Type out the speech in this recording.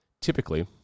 typically